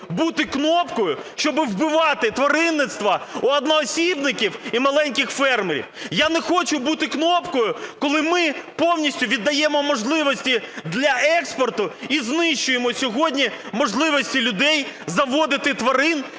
бути кнопкою, щоби вбивати тваринництво у одноосібників і маленьких фермерів. Я не хочу бути кнопкою, коли ми повністю віддаємо можливості для експорту і знищуємо сьогодні можливості людей заводити тварин